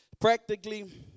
practically